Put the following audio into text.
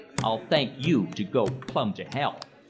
i'll thank you to go plumb to hell!